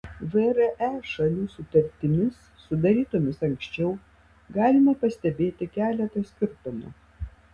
vre šalių sutartimis sudarytomis anksčiau galima pastebėti keletą skirtumų